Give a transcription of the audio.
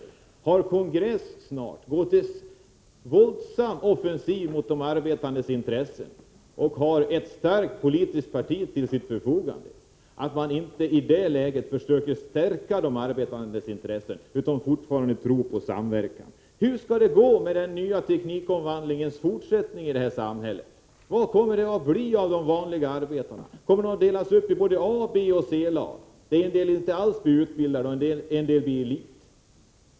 De som har denna makt skall snart ha kongress, de går till våldsam offensiv mot de arbetandes intressen och de har ett starkt politiskt parti till sitt förfogande. I det läget försöker man inte stärka de arbetandes intressen utan tror fortfarande på samverkan. Hur skall det i fortsättningen gå med omvandlingen inom den nya tekniken i det här samhället? Vad kommer det att bli av de vanliga arbetarna? Kommer de att delas upp i a-, boch c-lag, där en del inte alls blir utbildade och en del blir elit?